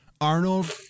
Arnold